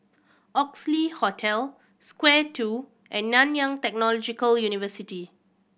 Oxley Hotel Square Two and Nanyang Technological University